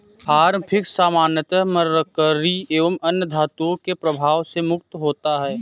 farm fish सामान्यतः mercury एवं अन्य धातुओं के प्रभाव से मुक्त होता है